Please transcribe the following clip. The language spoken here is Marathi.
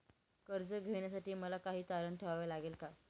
कर्ज घेण्यासाठी मला काही तारण ठेवावे लागेल का?